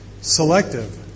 selective